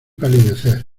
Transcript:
palidecer